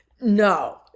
no